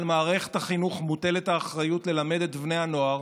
על מערכת החינוך מוטלת האחריות ללמד את בני הנוער